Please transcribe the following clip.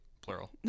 plural